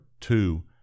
two